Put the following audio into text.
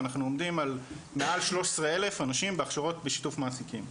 אנחנו עומדים על מעל 13 אלף אנשים בהכשרות בשיתוף מעסיקים.